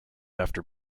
after